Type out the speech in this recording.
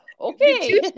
okay